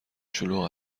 شلوغ